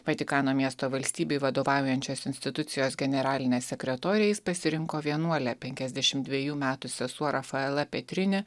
vatikano miesto valstybei vadovaujančios institucijos generaline sekretore jis pasirinko vienuolę penkiasdešimt dvejų metų sesuo rafaela petrini